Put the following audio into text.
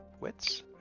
wits